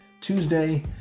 Tuesday